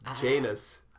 Janus